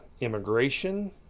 immigration